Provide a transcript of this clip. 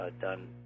done